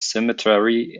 cemetery